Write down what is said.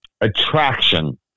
attraction